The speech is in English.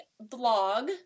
blog